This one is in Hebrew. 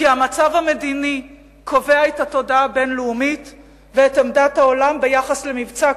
כי המצב המדיני קובע את התודעה הבין-לאומית ואת עמדת העולם ביחס למבצע,